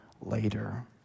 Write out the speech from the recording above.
later